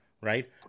right